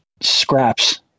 scraps